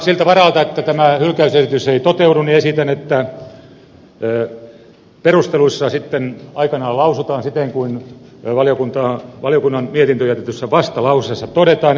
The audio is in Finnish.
siltä varalta että tämä hylkäysesitys ei toteudu esitän että perusteluissa sitten aikanaan lausutaan siten kuin valiokunnan mietintöön jätetyssä vastalauseessa todetaan